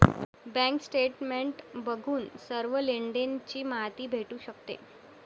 bank statement बघून सर्व लेनदेण ची माहिती भेटू शकते